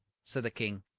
said the king.